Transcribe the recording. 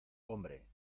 hombre